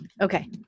Okay